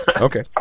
Okay